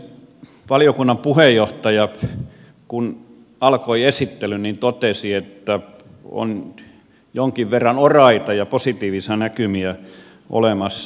kun valiokunnan puheenjohtaja alkoi esittelyn niin hän totesi että on jonkun verran oraita ja positiivisia näkymiä olemassa